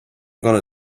gonna